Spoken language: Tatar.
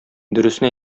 дөресен